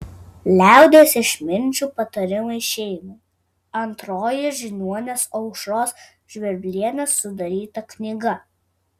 liaudies išminčių patarimai šeimai antroji žiniuonės aušros žvirblienės sudaryta knyga